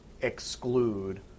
exclude